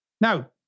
Now